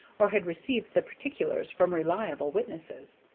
or had received the particulars from reliable witnesses.